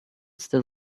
still